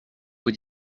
vous